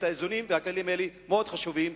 האיזונים והכללים האלה המאוד-חשובים,